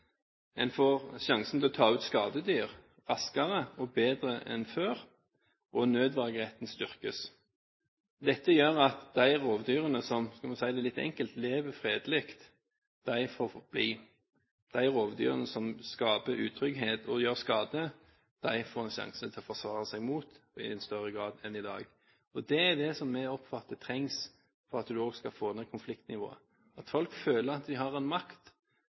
en får sjansen til å ta ut skadedyr raskere og bedre enn før, og nødvergeretten styrkes. Dette gjør at de rovdyrene som – hvis vi sier det litt enkelt – lever fredelig, får bli. De rovdyrene som skaper utrygghet og gjør skade, får en i større grad enn i dag en sjanse til å forsvare seg mot. Det er det som jeg oppfatter trengs for at en også skal få ned konfliktnivået, at folk føler at de har makt